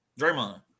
Draymond